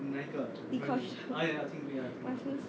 dee kosh !wah! feels